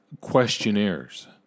questionnaires